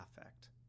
affect